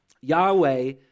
Yahweh